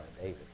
David